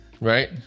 right